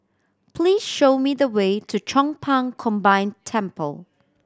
please show me the way to Chong Pang Combined Temple